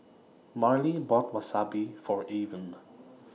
Marlie bought Wasabi For Avon